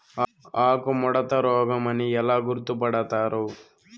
ఆకుముడత రోగం అని ఎలా గుర్తుపడతారు?